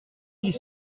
six